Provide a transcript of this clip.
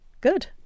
Good